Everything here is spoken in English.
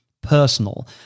personal